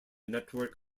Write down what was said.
network